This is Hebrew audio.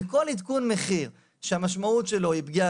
כל עדכון מחיר שהמשמעות שלו היא פגיעה